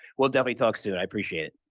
we'll definitely talk soon. i appreciate it.